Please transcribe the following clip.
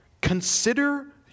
Consider